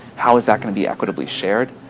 how is that going to be equitably shared?